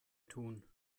tun